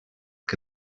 que